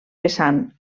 vessant